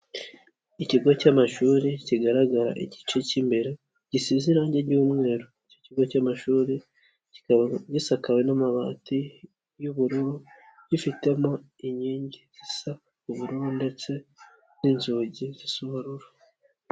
Ikigo cy'amashuri kigaragara igice cy'imbere gisize irangi ry'umweru, icyo kigo cy'amashuri gisakawe n'amabati y'ubururu gifitemo inkingi zisa ubururu ndetse n'inzugi zisa ubururu.